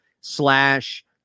slash